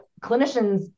clinicians